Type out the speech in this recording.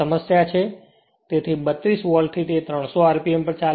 તેથી 32 વોલ્ટથી તે 300 rpm પર ચાલે છે